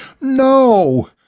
No